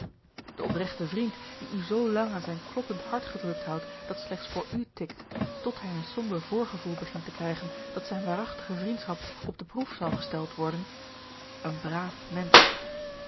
de opregte vriend die u zoo lang aan zijn kloppend hart gedrukt houdt dat slechts voor u tikt tot hij een somber voorgevoel begint te krijgen dat zijne waarachtige vriendschap op de proef zal gesteld worden een braaf mensch